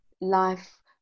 life